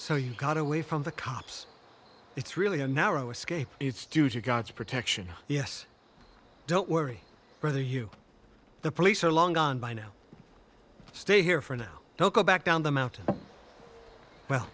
you got away from the cops it's really a narrow escape it's due to god's protection yes don't worry brother you the police are long gone by now stay here for now don't go back down the mountain well